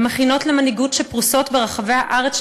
במכינות למנהיגות שפרוסות ברחבי הארץ,